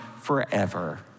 forever